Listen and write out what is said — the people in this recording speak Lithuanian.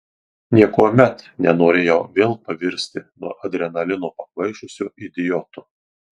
niekuomet nenorėjau vėl pavirsti nuo adrenalino pakvaišusiu idiotu